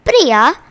Priya